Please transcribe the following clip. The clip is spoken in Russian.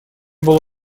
было